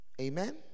Amen